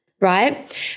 right